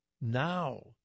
Now